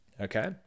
okay